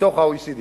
בתוך ה-OECD.